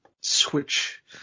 switch